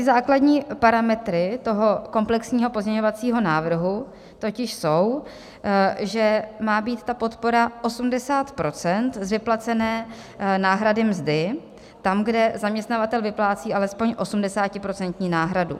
Základní parametry komplexního pozměňovacího návrhu totiž jsou, že má být ta podpora 80 % z vyplacené náhrady mzdy tam, kde zaměstnavatel vyplácí alespoň 80procentní náhradu.